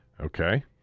Okay